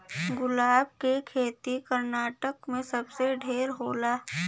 गुलाब के खेती कर्नाटक में सबसे ढेर होला